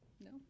No